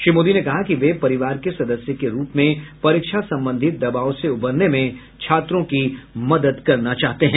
श्री मोदी ने कहा कि वे परिवार के सदस्य के रूप में परीक्षा संबंधी दबाव से उबरने में छात्रों की मदद करना चाहते हैं